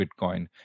Bitcoin